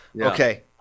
Okay